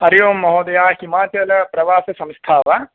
हरिः ओं महोदय हिमाचलप्रवाससंस्था वा